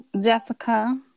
Jessica